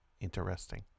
interesting